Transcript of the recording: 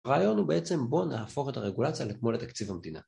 הרעיון הוא בעצם בואו נהפוך את הרגולציה לכמו לתקציב המדינה